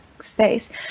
space